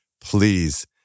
please